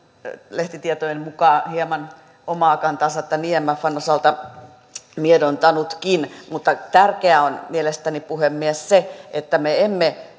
lehtitietojen mukaan hieman omaa kantaansa imfn osalta miedontanutkin mutta tärkeää on mielestäni puhemies se että me emme